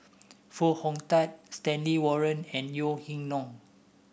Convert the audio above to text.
Foo Hong Tatt Stanley Warren and Yeo Ning Hong